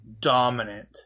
dominant